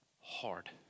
hard